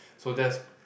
so that's